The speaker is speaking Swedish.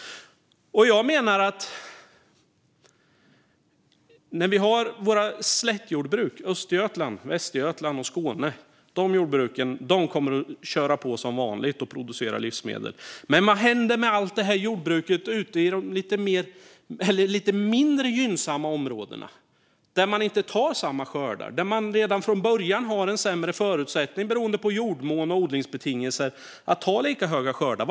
Vi har våra slättjordbruk i Östergötland, Västergötland och Skåne. De jordbruken kommer att köra på som vanligt och producera livsmedel. Men vad händer med allt jordbruk ute i de lite mindre gynnsamma områdena där man inte tar samma skördar, som redan från början har en sämre förutsättning beroende på jordmån och odlingsbetingelser för att ta lika höga skördar?